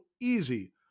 easy